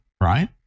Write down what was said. right